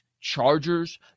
Chargers